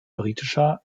britischer